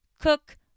cook